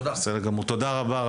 תודה.